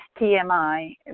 TMI